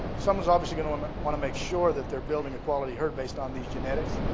someone is obviously going to um want to make sure that they're building equality heard based on these genetics.